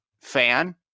fan